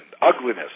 ugliness